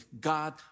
God